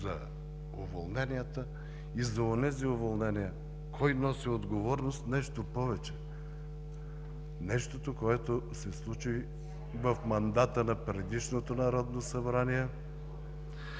за уволненията и за онези уволнения кой носи отговорност? Нещо повече, нещото, което се случи в мандата на предишното Народно събрание